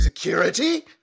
Security